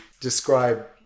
describe